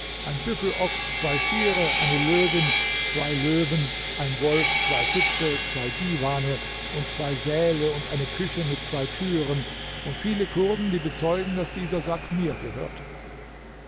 ein büffelochs zwei stiere eine löwin zwei löwen ein wolf zwei füchse zwei divane und zwei säle und eine küche mit zwei türen und viele kurden die bezeugen daß dieser sack mir gehört